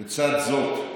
לצד זאת,